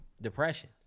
depression